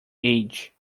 age